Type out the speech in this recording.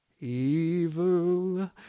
Evil